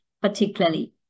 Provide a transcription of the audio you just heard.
particularly